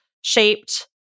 shaped